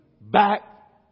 back